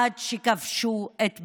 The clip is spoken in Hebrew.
עד שכבשו את ברלין.